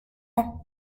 ans